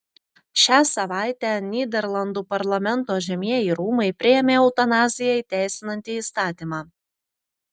šią savaitę nyderlandų parlamento žemieji rūmai priėmė eutanaziją įteisinantį įstatymą